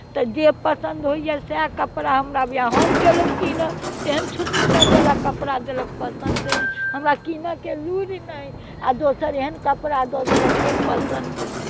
तऽ जे पसन्द होइए सएह कपड़ा हमरा वएह हम गेलहुँ कीनय तेहन छुछुन्नरवला कपड़ा देलक पसन्दे नहि हमरा कीनयके लूरि नहि आ दोसर एहन कपड़ा दऽ देलक से पसन्द नहि